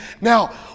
Now